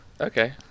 Okay